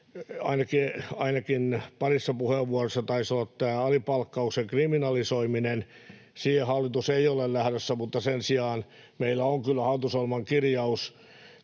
ainakin parissa puheenvuorossa taisi olla tämä alipalkkauksen kriminalisoiminen. Siihen hallitus ei ole lähdössä, mutta sen sijaan meillä on kyllä hallitusohjelman kirjaus